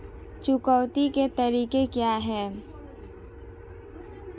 चुकौती के तरीके क्या हैं?